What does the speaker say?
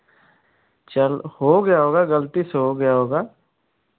चलो हो गया होगा गलती से हो गया होगा